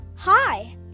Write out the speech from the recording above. hi